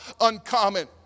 uncommon